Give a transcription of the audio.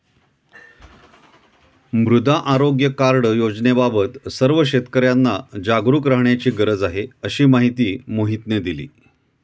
मृदा आरोग्य कार्ड योजनेबाबत सर्व शेतकर्यांना जागरूक करण्याची गरज आहे, अशी माहिती मोहितने दिली